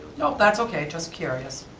that's okay, just curious.